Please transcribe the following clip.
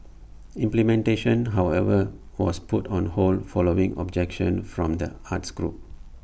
implementation however was put on hold following objection from the arts groups